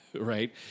right